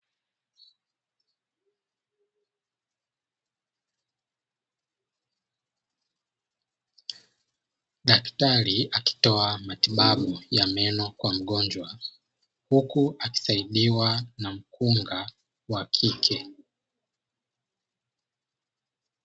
Daktari akitoa matibabu ya meno kwa mgonjwa, huku akisaidiwa na mkunga wa kike.